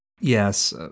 Yes